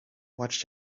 watched